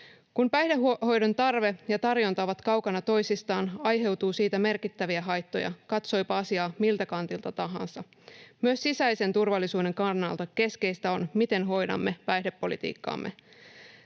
Kun päihdehoidon tarve ja tarjonta ovat kaukana toisistaan, aiheutuu siitä merkittäviä haittoja, katsoipa asiaa miltä kantilta tahansa. Myös sisäisen turvallisuuden kannalta keskeistä on, miten hoidamme päihdepolitiikkaamme.